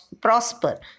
prosper